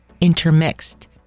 intermixed